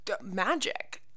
magic